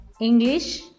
English